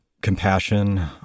compassion